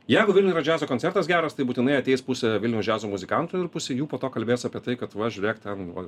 jeigu vilniuj yra džiazo koncertas geras tai būtinai ateis pusė vilniaus džiazo muzikantų ir pusė jų po to kalbės apie tai kad va žiūrėk ten va